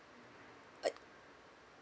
uh